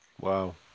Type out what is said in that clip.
Wow